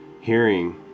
hearing